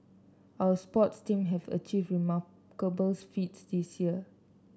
our sports team have achieved remarkable feats this year